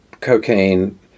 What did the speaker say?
cocaine—